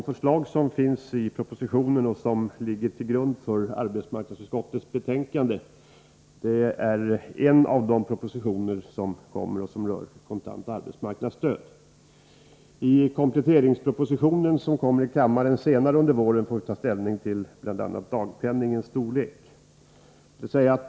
Fru talman! Till grund för arbetsmarknadsutskottets betänkande ligger dels propositionen om kontant arbetsmarknadsstöd, dels vissa avsnitt av budgetpropositionen. När kompletteringspropositionen behandlas här i kammaren senare under våren får vi ta ställning till bl.a. dagpenningens storlek.